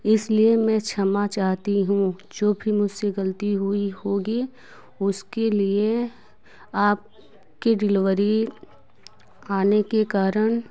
इसलिए मैं क्षमा चाहती हूँ जो भी मुझसे गलती हुई होगी उसके लिए आपकी डिलिवरी आने के कारण